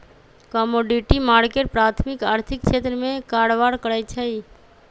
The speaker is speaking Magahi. कमोडिटी मार्केट प्राथमिक आर्थिक क्षेत्र में कारबार करै छइ